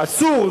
אסור,